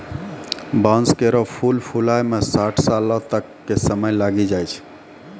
बांस केरो फूल फुलाय म साठ सालो तक क समय लागी जाय छै